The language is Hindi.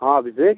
हाँ अभिषेक